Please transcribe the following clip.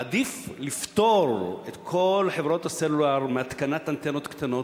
עדיף לפטור את כל חברות הסלולר בהתקנת אנטנות קטנות,